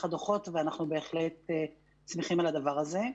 הדוחות ואנחנו בהחלט שמחים על הדבר הזה.